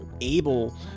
able